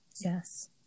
yes